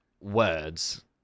Words